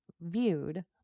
viewed